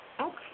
Okay